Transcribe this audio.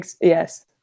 Yes